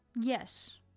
Yes